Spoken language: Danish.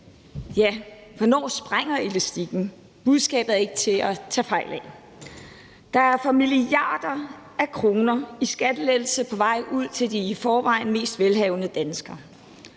Ja, hvornår springer elastikken? Budskabet er ikke til at tage fejl af. Der er for milliarder af kroner i skattelettelser på vej ud til de i forvejen mest velhavende danskere.